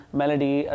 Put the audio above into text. melody